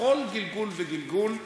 בכל גלגול וגלגול,